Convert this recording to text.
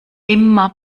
immer